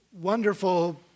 wonderful